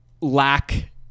lack